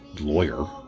lawyer